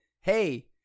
Hey